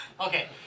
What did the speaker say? Okay